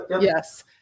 Yes